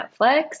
Netflix